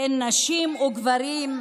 בין נשים לגברים,